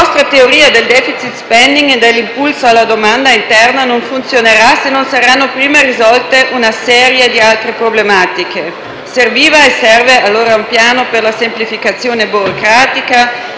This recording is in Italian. La vostra teoria del *deficit spending* e dell'impulso alla domanda interna non funzionerà se non sarà prima risolta una serie di altre problematiche. Serviva e serve, allora, un piano per la semplificazione burocratica,